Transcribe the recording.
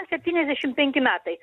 septyniasdešim penki metai